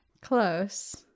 Close